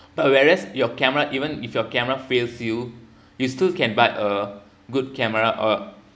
but whereas your camera even if your camera fails you you still can buy a good camera or